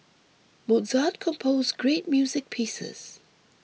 Mozart composed great music pieces